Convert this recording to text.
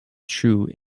true